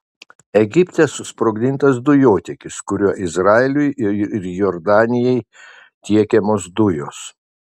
egipte susprogdintas dujotiekis kuriuo izraeliui ir jordanijai tiekiamos dujos